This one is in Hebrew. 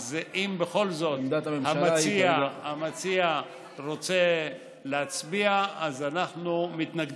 אז אם בכל זאת המציע רוצה להצביע, אנחנו מתנגדים.